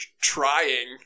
trying